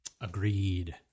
Agreed